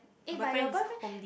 my boyfriend is homely